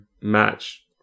match